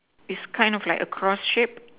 is kind of like a cross shape